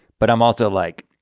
but i'm also like,